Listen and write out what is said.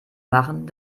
machen